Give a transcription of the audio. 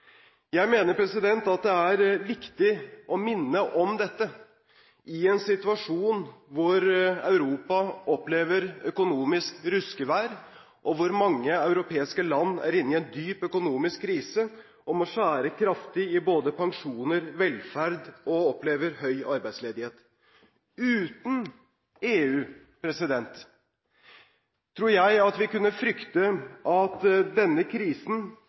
Jeg mener at det er viktig å minne om dette i en situasjon hvor Europa opplever økonomisk ruskevær, og hvor mange europeiske land er inne i en dyp økonomisk krise og må skjære kraftig i både pensjoner og velferd, og opplever høy arbeidsledighet. Uten EU tror jeg at vi kunne frykte at denne krisen